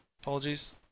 Apologies